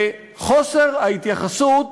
בחוסר ההתייחסות